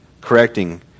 correcting